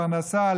פרנסה,